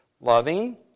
loving